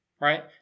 right